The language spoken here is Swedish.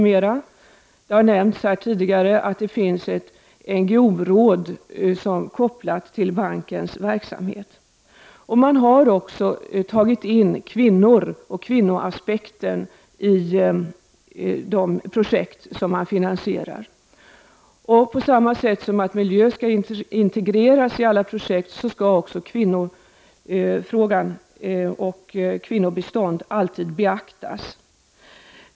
Det har nämnts tidigare att det finns ett NGO-råd kopplat till bankens verksamhet. Man har också tagit in kvinnor och kvinnoaspekter i de projekt som man finansierar. På samma sätt som miljön skall integreras i alla projekt skall också kvinnofrågan och kvinnobiståndet alltid beaktas.